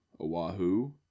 Oahu